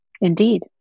Indeed